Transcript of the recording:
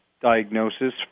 diagnosis